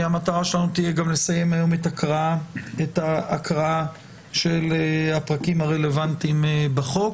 המטרה שלנו תהיה גם לסיים היום את ההקראה של הפרקים הרלוונטיים בחוק.